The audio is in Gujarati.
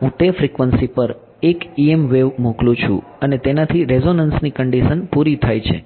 હું તે ફ્રિકવન્સી પર એક EM વેવ મોકલું છું અને તેનાથી રેઝોનન્સની કંડીશન પૂરી થાય છે